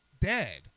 dead